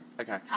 Okay